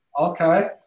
Okay